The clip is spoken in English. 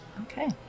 Okay